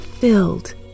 filled